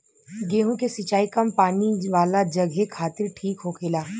गेंहु के सिंचाई कम पानी वाला जघे खातिर ठीक होखेला